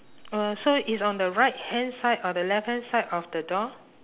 oh so it's on the right hand side or the left hand side of the door